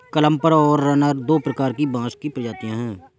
clumper और runner दो प्रकार की बाँस की प्रजातियाँ हैं